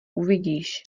uvidíš